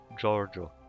Giorgio